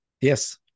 Yes